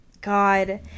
god